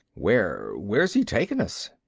where where's he taking us?